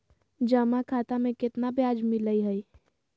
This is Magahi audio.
जमा खाता में केतना ब्याज मिलई हई?